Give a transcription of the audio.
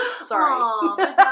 Sorry